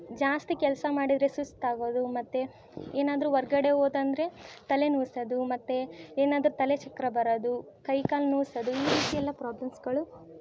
ಜಾಸ್ತಿ ಕೆಲಸ ಮಾಡಿದರೆ ಸುಸ್ತಾಗೋದು ಮತ್ತು ಏನಾದರೂ ಹೊರ್ಗಡೆ ಹೋಯ್ತಂದ್ರೆ ತಲೆ ನೋಯ್ಸದು ಮತ್ತು ಏನಾದರೂ ತಲೆ ಚಕ್ರ ಬರೋದು ಕೈ ಕಾಲು ನೋಯ್ಸದು ಈ ರೀತಿ ಎಲ್ಲ ಪ್ರಾಬ್ಲಮ್ಸುಗಳು